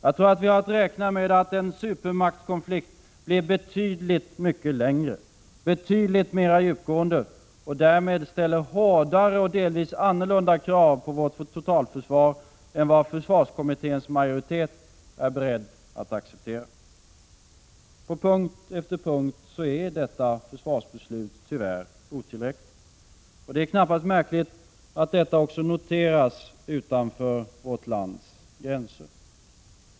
Jag tror att vi har att räkna med att en supermaktskonflikt blir betydligt mycket längre, betydligt mera djupgående och därmed ställer hårdare och delvis annorlunda krav på vårt totalförsvar än vad försvarskommitténs majoritet är beredd att acceptera. På punkt efter punkt är detta försvarsbeslut otillräckligt. Och det är knappast märkligt, att detta också noteras utanför vårt lands gränser.